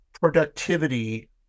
productivity